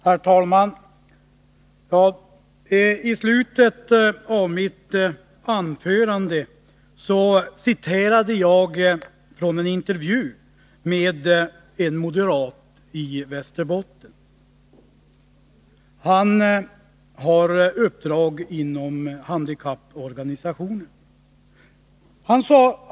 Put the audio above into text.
Herr talman! I slutet av mitt huvudanförande citerade jag ur en intervju med en moderat i Västerbotten. Denne har uppdrag inom olika handikapporganisationer.